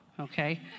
okay